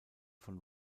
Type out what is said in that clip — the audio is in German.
von